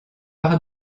par